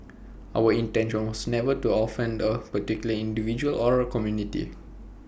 our intention was never to offend A particular individual or A community